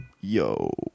Yo